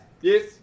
Yes